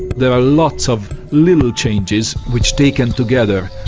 there are lots of little changes which, taken together,